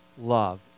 love